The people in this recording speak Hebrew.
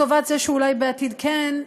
לטובת זה שאולי בעתיד כן,